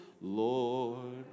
Lord